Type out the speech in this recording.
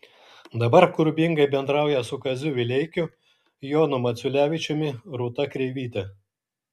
dabar kūrybingai bendrauja su kaziu vileikiu jonu maciulevičiumi rūta kreivyte